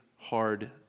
hard